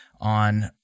on